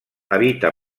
habita